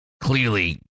clearly